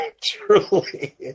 Truly